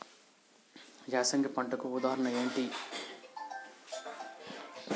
యాసంగి పంటలకు ఉదాహరణ ఏంటి?